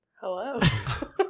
Hello